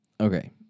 Okay